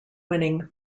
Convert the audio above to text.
winning